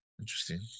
Interesting